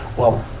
well,